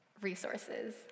Resources